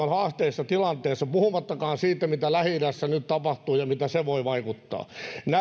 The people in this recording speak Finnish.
on haasteellisessa tilanteessa puhumattakaan siitä mitä lähi idässä nyt tapahtuu ja miten se voi vaikuttaa